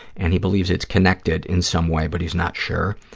and he believes it's connected in some way but he's not sure.